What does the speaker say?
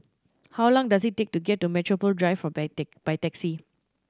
how long does it take to get to Metropole Drive by taxi